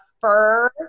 fur